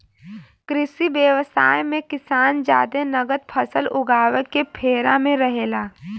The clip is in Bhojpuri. कृषि व्यवसाय मे किसान जादे नगद फसल उगावे के फेरा में रहेला